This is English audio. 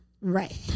Right